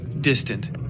distant